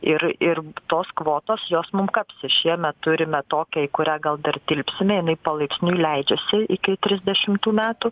ir ir tos kvotos jos mum kapsi šiemet turime tokią į kurią gal dar tilpsime jinai palaipsniui leidžiasi iki trisdešimtų metų